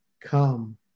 Come